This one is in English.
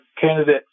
candidate